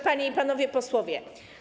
Panie i Panowie Posłowie!